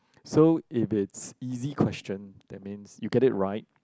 so if it's easy question that means you get it right